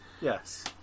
Yes